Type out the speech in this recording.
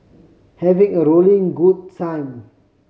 having a rolling good time